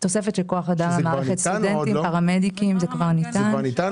זה כבר ניתן.